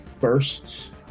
first